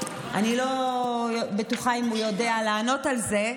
אני לא בטוחה אם הוא יודע לענות על זה,